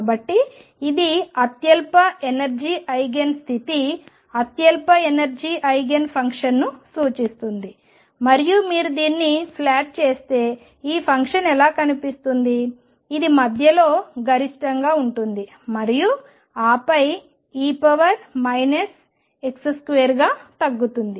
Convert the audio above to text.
కాబట్టి ఇది అత్యల్ప ఎనర్జీ ఐగెన్ స్థితి అత్యల్ప ఎనర్జీ ఐగెన్ ఫంక్షన్ను సూచిస్తుంది మరియు మీరు దీన్ని ప్లాట్ చేస్తే ఈ ఫంక్షన్ ఎలా కనిపిస్తుంది ఇది మధ్యలో గరిష్టంగా ఉంటుంది మరియు ఆపై e x2 గా తగ్గుతుంది